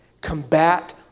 combat